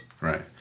right